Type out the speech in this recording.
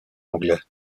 anglais